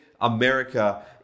America